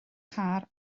car